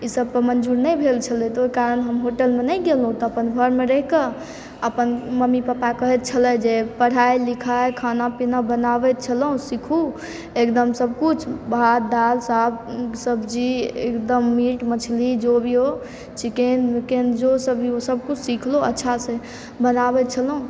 ईसभ पर मंजूर नहि भेल छलय त ओहिकारण हम होटलमे नहि गेलहुँ तऽ अपन घरमे रहिके अपन मम्मी पापा कहैत छलय जे पढ़ाइ लिखाइ खाना पीना बनाबै छलहुँ सिखु एकदम सभकिछु भात दाल साग सब्जी एकदम मीट मछली जो भी हो चिकेन विकेन जोसभ भी हो सबकिछु सिखलु अच्छासँ बनाबैत छलहुँ